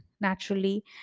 naturally